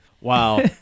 wow